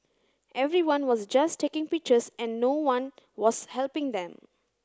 everyone was just taking pictures and no one was helping them